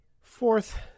Fourth